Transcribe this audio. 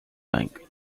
bank